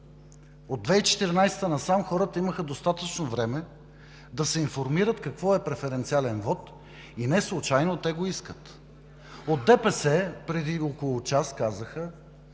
От 2014 г. насам хората имаха достатъчно време да се информират какво е преференциален вот и неслучайно го искат. От ДПС преди около час казаха,